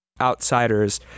outsiders